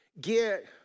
get